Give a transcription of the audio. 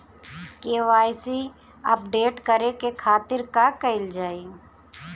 KYC update करे के खातिर का कइल जाइ?